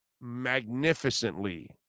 magnificently